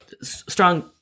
strong